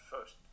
first